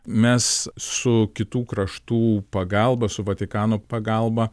mes su kitų kraštų pagalba su vatikano pagalba